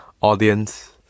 audience